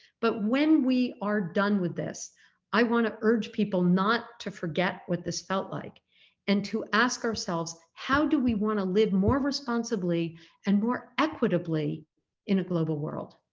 but when we are done with this i want to urge people not to forget what this felt like and to ask ourselves how do we want to live more responsibly and more equitably in a global world?